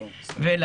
ושניים,